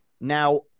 now